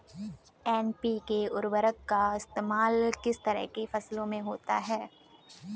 NPK उर्वरक का इस्तेमाल किस तरह की फसलों में होता है?